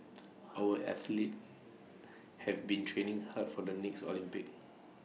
our athletes have been training hard for the next Olympics